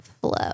flow